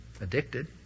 Addicted